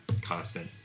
constant